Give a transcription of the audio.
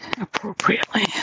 appropriately